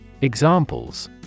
Examples